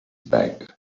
bag